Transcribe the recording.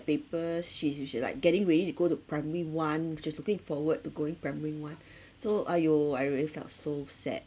paper she's which is like getting ready to go to primary one she was looking forward to going primary one so !aiyo! I really felt so sad